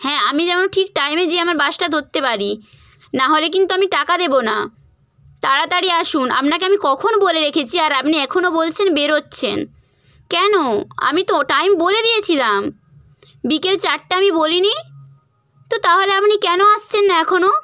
হ্যাঁ আমি যেন ঠিক টাইমে যেয়ে আমার বাসটা ধরতে পারি না হলে কিন্তু আমি টাকা দেবো না তাড়াতাড়ি আসুন আপনাকে আমি কখন বলে রেখেছি আর আপনি এখনও বলছেন বেরোচ্ছেন কেন আমি তো টাইম বলে দিয়েছিলাম বিকেল চারটা আমি বলিনি তো তাহলে আপনি কেন আসছেন না এখনও